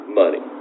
money